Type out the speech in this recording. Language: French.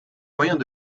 moyens